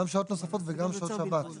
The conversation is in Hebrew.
גם שעות נוספות וגם שעות שבת.